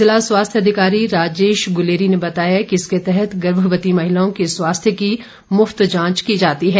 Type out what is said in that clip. ज़िला स्वास्थ्य अधिकारी राजेश गुलेरी ने बताया कि इसके तहत गर्भवती महिलाओं के स्वास्थ्य की मुफ्त जांच की जाती है